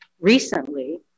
Recently